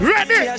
Ready